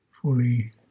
fully